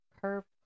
curved